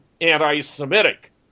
anti-Semitic